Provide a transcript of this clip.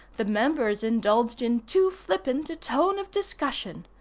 the members indulged in too flippant a tone of discussion.